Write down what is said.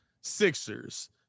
Sixers